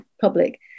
public